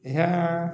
ଏହା